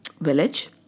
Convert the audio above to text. village